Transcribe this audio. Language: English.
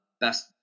best